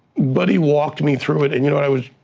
but he walked me through it and, you know, i was,